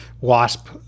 WASP